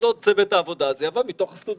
אז צוות העבודה הזה יבוא מתוך הסטודנטים.